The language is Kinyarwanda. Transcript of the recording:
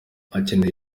hakenewe